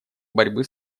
борьбы